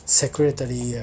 secretary